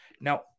Now